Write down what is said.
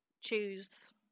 choose